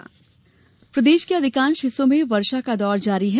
मौसम प्रदेश के अधिकांश हिस्सों में वर्षा का दौर जारी है